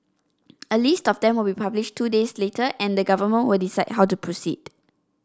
a list of them will be published two days later and the government will decide how to proceed